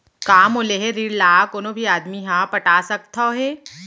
का मोर लेहे ऋण ला कोनो भी आदमी ह पटा सकथव हे?